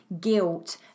guilt